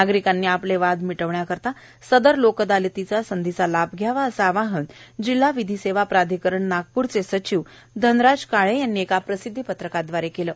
नागरिकांनी आपले वाद मिटविण्याकरीता सदर लोकअदालतीचा संधीचा लाभ घ्यावा असे आवाहन जिल्हा विधी सेवा प्राधिकरण नागपूरचे सचिव धनराज काळे यांनी एका प्रसिद्धी पत्रकाद्वारे केले आहे